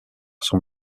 son